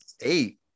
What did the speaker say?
Eight